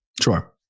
Sure